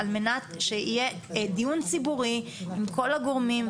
על מנת שיהיה דיון ציבורי עם כל הגורמים,